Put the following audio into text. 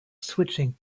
switching